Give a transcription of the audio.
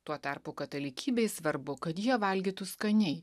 tuo tarpu katalikybei svarbu kad jie valgytų skaniai